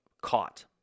caught